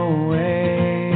away